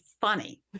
funny